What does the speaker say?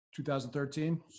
2013